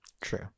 True